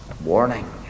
warning